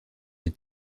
die